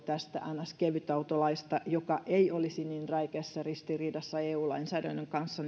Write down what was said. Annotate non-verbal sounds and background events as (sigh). tästä niin sanottu kevytautolaista jonkinlainen versio joka ei olisi niin räikeässä ristiriidassa eu lainsäädännön kanssa (unintelligible)